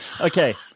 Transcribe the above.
Okay